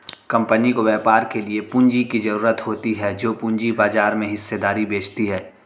company को व्यापार के लिए पूंजी की ज़रूरत होती है जो पूंजी बाजार में हिस्सेदारी बेचती है